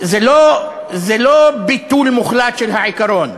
זה לא ביטול מוחלט של העיקרון,